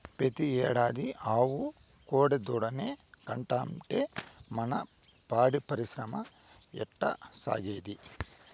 పెతీ ఏడాది ఆవు కోడెదూడనే కంటాంటే మన పాడి పరిశ్రమ ఎట్టాసాగేది